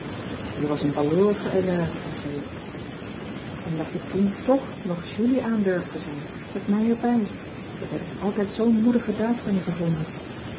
je was een baloorige élève zei jog en dat je toen tch nog julie aandurfde zei ik met mij erbij dat heb ik altijd zoo'n moedige daad van je gevonden